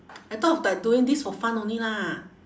I thought of like doing this for fun only lah